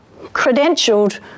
credentialed